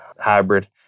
hybrid